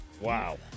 Wow